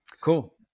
cool